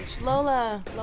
Lola